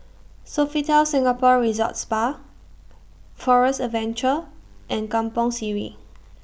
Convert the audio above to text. Sofitel Singapore Resort's Spa Forest Adventure and Kampong Sireh